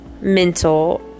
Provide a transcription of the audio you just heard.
mental